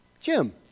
Jim